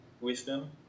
wisdom